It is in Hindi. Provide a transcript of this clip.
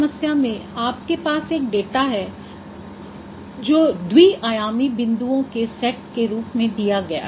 इस समस्या में आपके पास एक डेटा है जो द्वि आयामी बिंदुओं के सेट के रूप में दिया गया है